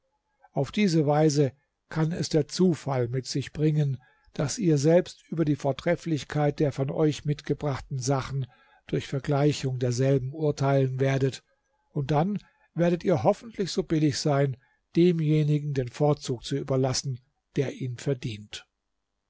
auf diese weise kann es der zufall mit sich bringen daß ihr selbst über die vortrefflichkeit der von euch mitgebrachten sachen durch vergleichung derselben urteilen werdet und dann werdet ihr hoffentlich so billig sein demjenigen den vorzug zu überlassen der ihn verdient